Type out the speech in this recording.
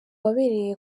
wabereye